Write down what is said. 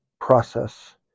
process